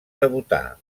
debutar